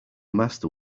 master